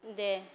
दे